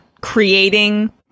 creating